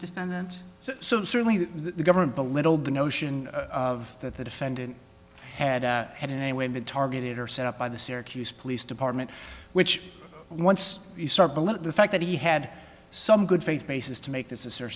defendant so certainly the government belittled the notion of that the defendant had had in any way been targeted or set up by the syracuse police department which once you start to look at the fact that he had some good faith basis to make this a